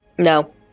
No